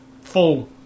full